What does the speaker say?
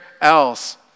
else